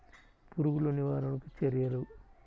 పురుగులు నివారణకు చర్యలు?